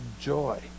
joy